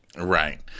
Right